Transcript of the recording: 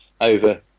over